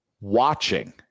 watching